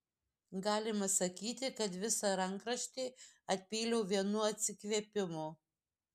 galima sakyti kad visą rankraštį atpyliau vienu atsikvėpimu